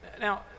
Now